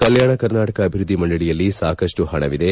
ಕಲ್ಕಾಣ ಕರ್ನಾಟಕ ಅಭಿವೃದ್ಧಿ ಮಂಡಳಿಯಲ್ಲಿ ಸಾಕಷ್ಟು ಪಣವಿದೆ